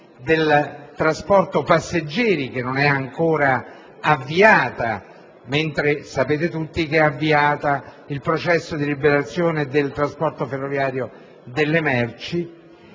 del trasporto passeggeri, che non è ancora avviato (mentre, come sapete tutti, è stato avviato il processo di liberalizzazione del trasporto ferroviario delle merci).